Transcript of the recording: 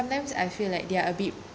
sometimes I feel like they are a bit